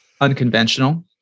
unconventional